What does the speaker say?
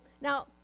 now